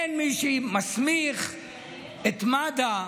אין מי שמסמיך את מד"א